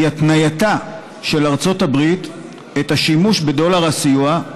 היא ההתניה של ארצות הברית את השימוש בדולר הסיוע,